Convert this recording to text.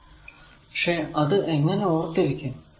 അത് പക്ഷെ എങ്ങനെ ഓർത്തിരിക്കും